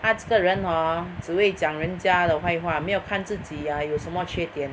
她这个人 hor 只为讲人家的坏话没有看自己 ah 有什么缺点